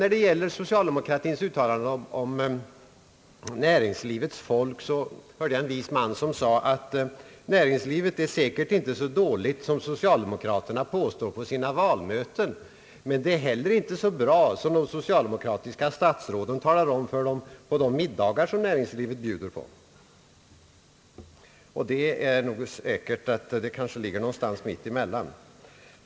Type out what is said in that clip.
Beträffande socialdemokratins uttalanden om näringslivets folk hörde jag en vis man yttra, att näringslivet säkert inte är så dåligt som socialdemokraterna påstår vid sina valmöten, men inte heller så bra som de socialdemokratiska statsråden talar om för dem vid de middagar som näringslivet bjuder på. Sanningen ligger säkerligen någonstans mitt emellan.